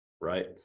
right